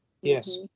Yes